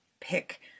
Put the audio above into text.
pick